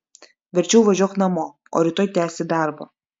verčiau važiuok namo o rytoj tęsi darbą